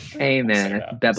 Amen